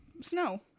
snow